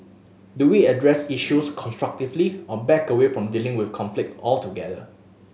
do we address issues constructively or back away from dealing with conflict altogether